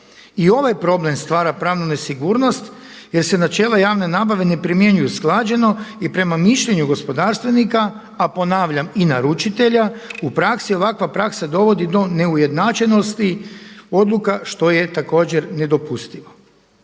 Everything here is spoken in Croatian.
I ovaj problem stvara pravnu nesigurnost jer se načela javne nabave ne primjenjuju usklađeno i prema mišljenju gospodarstvenika a ponavljam i naručitelja u praksi ovakva praksa dovodi do neujednačenosti odluka što je također nedopustivo.